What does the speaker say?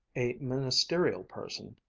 a ministerial person,